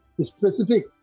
specific